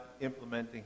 implementing